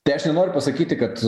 tai aš nenoriu pasakyti kad